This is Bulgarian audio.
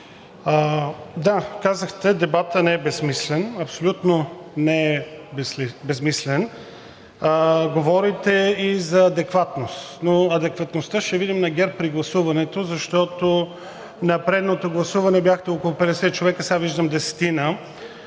Да, казахте: „Дебатът не е безсмислен.“ Абсолютно не е безсмислен. Говорите и за адекватност, но адекватността на ГЕРБ ще я видим при гласуването, защото на предното гласуване бяхте около 50 човека, а сега виждам десетина.